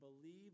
believe